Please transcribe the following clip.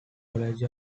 college